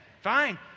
fine